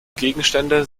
gegenstände